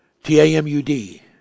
T-A-M-U-D